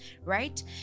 Right